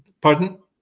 Pardon